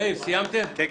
מאיר, סיימתם?